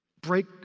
break